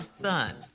son